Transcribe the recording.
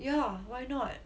yeah why not